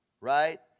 right